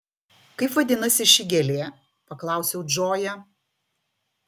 kaip vadinasi ši gėlė paklausiau džoją